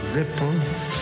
ripples